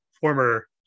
former